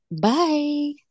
Bye